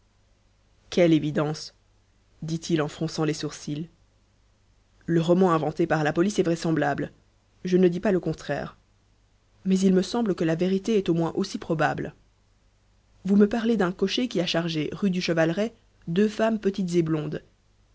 quelle évidence dit-il en fronçant les sourcils le roman inventé par la police est vraisemblable je ne dis pas le contraire mais il me semble que la vérité est au moins aussi probable vous me parlez d'un cocher qui a chargé rue du chevaleret deux femmes petites et blondes